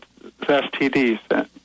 std's